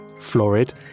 florid